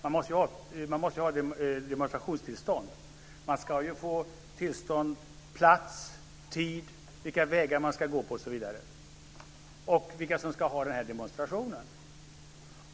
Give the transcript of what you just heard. Man måste ju ha demonstrationstillstånd och ange plats, tid och vilka vägar man ska gå och vilka som ska hålla i demonstrationen.